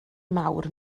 mawr